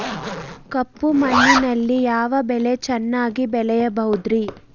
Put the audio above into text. ಕಪ್ಪು ಮಣ್ಣಿನಲ್ಲಿ ಯಾವ ಬೆಳೆ ಚೆನ್ನಾಗಿ ಬೆಳೆಯಬಹುದ್ರಿ?